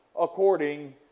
according